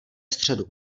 středu